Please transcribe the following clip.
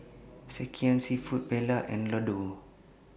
Sekihan Seafood Paella and Ladoo